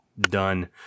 done